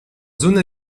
zone